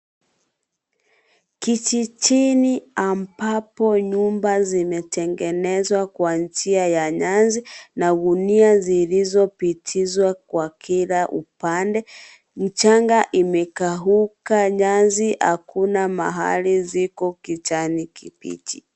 Kijijini ambapo nyumba zimetengenezwa kwa njia ya nyasi, na gunia zilizopitizwa kwa kila upande. Mchanga imekauka, nyasi hakuna mahili ziko kijani kibichi.